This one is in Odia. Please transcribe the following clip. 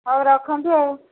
ହଉ ରଖନ୍ତୁ ଆଉ